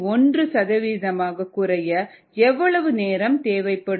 1 சதவீதமாகக் குறைய எவ்வளவு நேரம் தேவைப்படும்